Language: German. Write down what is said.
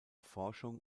forschung